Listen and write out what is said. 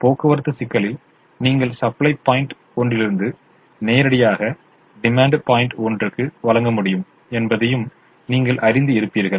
போக்குவரத்து சிக்கலில் நீங்கள் சப்ளை பாயிண்ட் ஒன்றிலிருந்து நேரடியாக டிமாண்ட் பாயிண்ட் ஒன்றுக்கு வழங்க முடியும் என்பதையும் நீங்கள் அறிந்து இருப்பிர்கள்